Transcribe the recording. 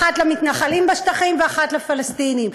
אחת למתנחלים בשטחים ואחת לפלסטינים,